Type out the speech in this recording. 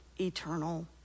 eternal